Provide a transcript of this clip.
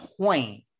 point